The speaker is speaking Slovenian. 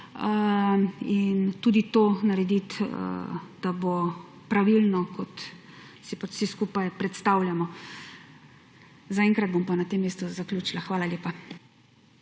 in tudi to narediti, da bo pravilno, kot si pač vsi skupaj predstavljamo. Zaenkrat bom pa na tem mestu zaključila. Hvala lepa.